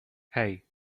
hej